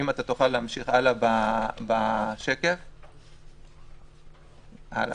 פה אפשר לראות כמה